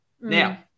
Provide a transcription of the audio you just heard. Now